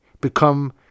become